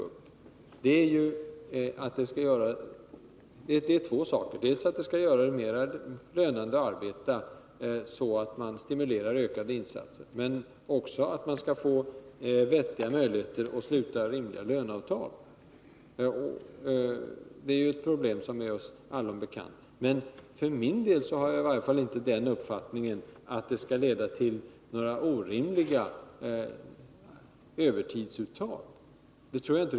Syftena med att sänka marginalskatten är dels att det skall bli mer lönande att arbeta, så att man stimulerar till ökade insatser, dels att man skall kunna sluta rimliga löneavtal, vilket nu är ett problem som är allom bekant. För min del har jag inte den uppfattningen att marginalskattesänkningen skall leda till några orimliga övertidsuttag.